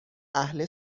اهل